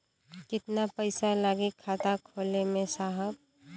कितना पइसा लागि खाता खोले में साहब?